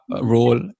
role